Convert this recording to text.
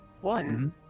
One